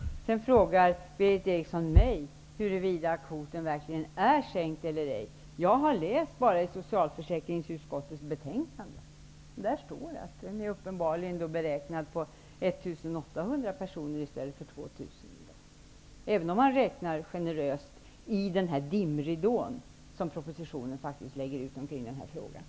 Vidare frågade Berith Eriksson just mig huruvida kvoten verkligen är sänkt eller ej. Jag har bara läst i socialutskottets betänkande, där det står att den i dag är beräknad till 1 800 personer i stället för 2 000 personer. Det kommer man fram till även om man räknar generöst, efter den dimridå som faktiskt läggs ut i denna fråga i propositionen.